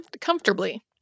comfortably